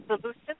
solution